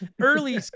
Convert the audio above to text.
early